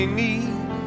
need